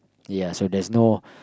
ya so there's no